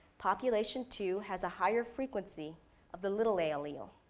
population two has a higher frequency of the little a allele,